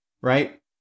right